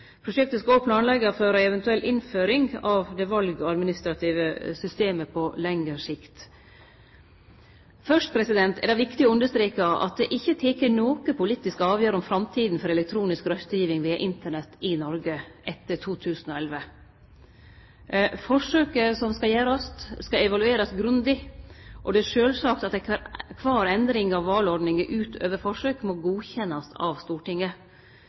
Prosjektet skal òg planleggje for ei eventuell innføring av det valadministrative systemet på lengre sikt. Først er det viktig å understreke at det ikkje er teke noka politisk avgjerd om framtida for elektronisk røystegiving via Internett i Noreg etter 2011. Forsøket som skal gjerast, skal evaluerast grundig, og det er sjølvsagt at alle endringar av valordninga utover forsøk må godkjennast av Stortinget.